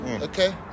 Okay